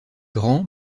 grand